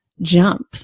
jump